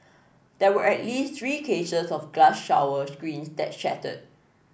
there were at least three cases of glass shower screens that shattered